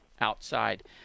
Outside